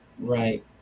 Right